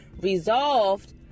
resolved